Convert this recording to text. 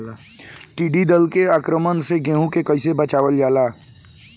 टिडी दल के आक्रमण से गेहूँ के कइसे बचावल जाला?